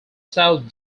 south